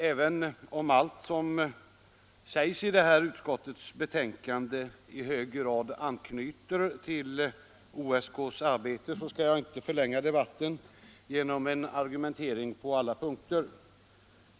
Även om allt som sägs i utskottets betänkande i hög grad anknyter till OSK:s arbete skall jag inte förlänga debatten genom en argumentering på samtliga punkter.